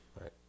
Right